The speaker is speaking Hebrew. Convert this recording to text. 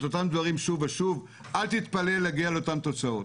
אותם דברים שוב ושוב אל תתפלא שתגיע לאותן תוצאות.